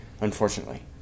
unfortunately